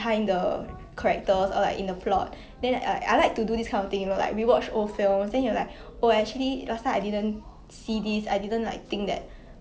mm that's true